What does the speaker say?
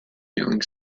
feeling